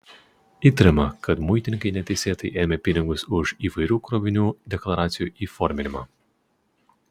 įtariama kad muitininkai neteisėtai ėmė pinigus už įvairių krovinių deklaracijų įforminimą